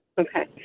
Okay